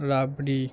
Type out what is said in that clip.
রাবড়ি